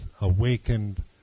awakened